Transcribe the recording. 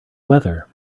weather